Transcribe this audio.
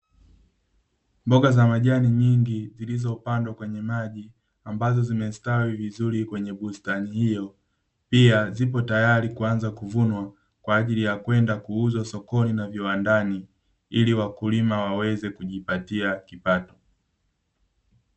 Mboga za majani nyingi zilizopandwa kwenye maji ambazo zimestawi vizuri kwenye bustani hiyo, pia zipo tayari kuanza kuvunwa kwa ajili ya kwenda kuuzwa sokoni na viwandani ili wakulima waweze kujipatia kipato.